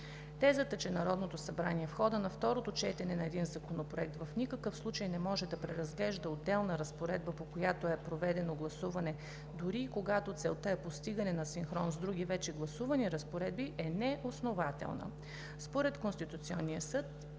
„Тезата, че Народното събрание в хода на второто четене на един законопроект в никакъв случай не може да преразглежда отделна разпоредба, по която е проведено гласуване, дори и когато целта е постигане на синхрон с други вече гласувани разпоредби, е неоснователна“. Според Конституционния съд